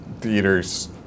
theaters